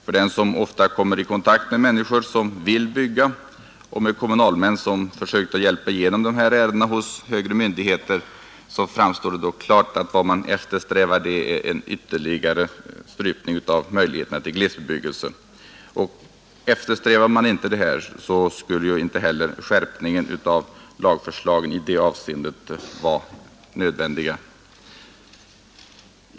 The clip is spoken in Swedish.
För den som ofta kommit i kontakt med människor som vill bygga och med kommunalmän som försökt hjälpa igenom sådana ärenden hos högre myndigheter framstår det dock klart att vad man eftersträvar är en ytterligare strypning av möjligheterna till glesbebyggelse. Eftersträvade man inte detta, skulle inte heller skärpningen av lagförslagen i det avseendet vara nödvändig.